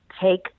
Take